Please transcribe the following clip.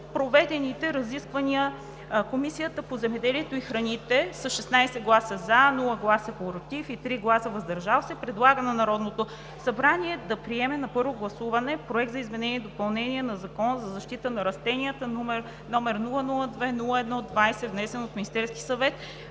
проведените разисквания Комисията по земеделието и храните с 16 гласа „за“, без „против“ и 3 гласа „въздържал се“, предлага на Народното събрание да приеме на първо гласуване Законопроект за изменение и допълнение на Закона за защита на растенията, № 002-01-20, внесен от Министерския съвет